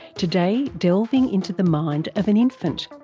today delving into the mind of an infant.